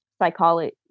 psychology